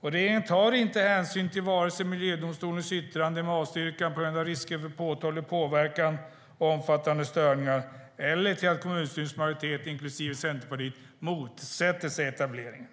Regeringen tar inte hänsyn vare sig till miljödomstolens yttrande, med avstyrkan på grund av risker för påtaglig påverkan och omfattande störningar, eller till att kommunstyrelsens majoritet, inklusive Centerpartiet, motsätter sig etablering.